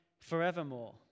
forevermore